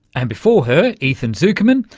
and before her ethan zuckerman,